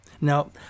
now